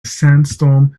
sandstorm